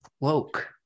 cloak